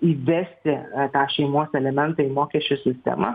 įvesti a tą šeimos elementą į mokesčių sistemą